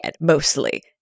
mostly